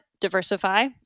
Diversify